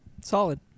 Solid